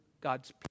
God's